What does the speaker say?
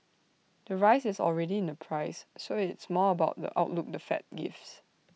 the rise is already in the price so it's more about the outlook the fed gives